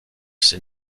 ses